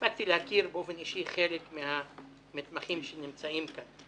הספקתי להכיר באופן אישי חלק מהמתמחים שנמצאים כאן.